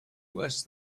worse